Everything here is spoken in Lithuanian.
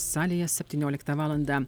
salėje septynioliktą valandą